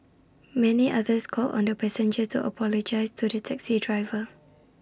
many others called on the passenger to apologise to the taxi driver